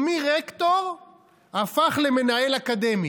ומרקטור הפך למנהל אקדמי?